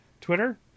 Twitter